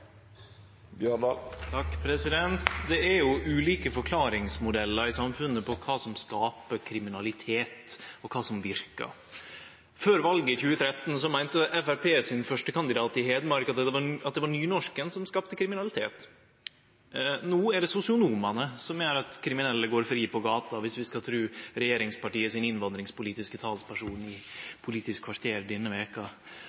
er ulike forklaringsmodellar i samfunnet på kva som skapar kriminalitet, og kva som verkar. Før valet i 2013 meinte Framstegspartiets førstekandidat i Hedmark at det var nynorsken som skapte kriminalitet. No er det sosionomane som gjer at kriminelle går fritt på gata, viss vi skal tru det regjeringspartiets innvandringspolitiske talsperson